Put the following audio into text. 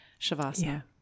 shavasana